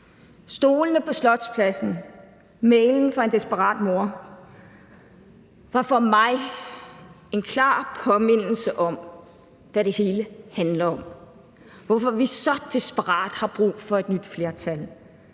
Stolene på slotspladsen og meldingen fra en desperat mor var for mig en klar påmindelse om, hvad det hele handler om, hvorfor vi så desperat har brug for et nyt flertal,